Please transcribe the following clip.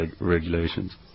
regulations